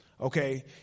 Okay